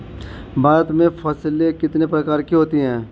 भारत में फसलें कितने प्रकार की होती हैं?